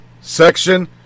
section